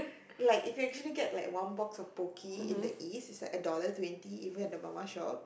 like if you actually get like one box of pocky in the East it's like a dollar twenty even at the mama shop